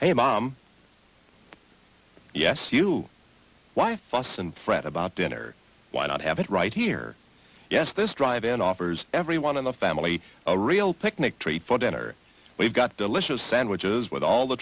a mom yes you why fast and fret about dinner why not have it right here yes this drive and offers everyone in the family a real picnic treat for dinner we've got delicious sandwiches with all the